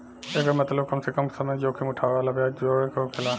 एकर मतबल कम से कम समय जोखिम उठाए वाला ब्याज जोड़े के होकेला